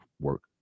work